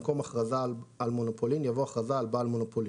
במקום "הכרזה על מונופולין" יבוא "הכרזה על בעל מונופולין".